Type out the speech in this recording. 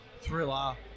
thriller